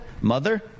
mother